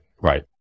Right